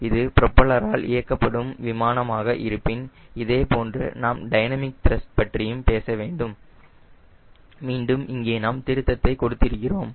இது ப்ரோப்பல்லர் ஆல் இயக்கப்படும் விமானமாக இருப்பின் இதேபோன்று நாம் டைனமிக் த்ரஸ்ட் பற்றியும் பேச வேண்டும் மீண்டும் இங்கே நாம் திருத்தத்தை கொடுத்திருக்கிறோம்